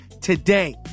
today